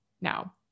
Now